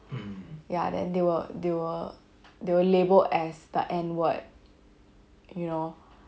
ya then they were they were they were labelled as the N word you know